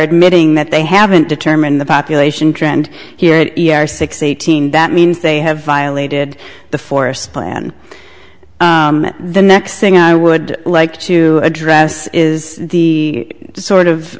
admitting that they haven't determined the population trend here are six eighteen that means they have violated the forest plan the next thing i would like to address is the sort of